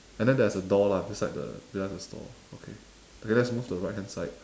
and then there's a door lah beside the beside the stall okay okay let's move to the right hand side